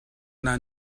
naa